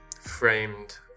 framed